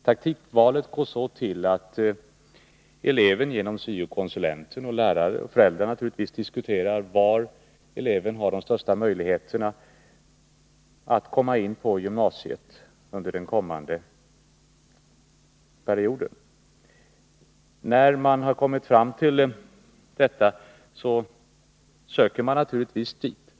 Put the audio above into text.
Det går till så att eleven med syo-konsulenten och föräldrarna diskuterar och undersöker var eleven har de största möjligheterna att komma in på gymnasiet under den kommande perioden. När man kommit fram till ett förslag om linje söker eleven naturligtvis dit.